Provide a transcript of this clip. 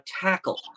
tackle